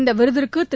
இந்த விருதுக்கு திரு